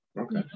okay